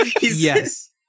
yes